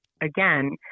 again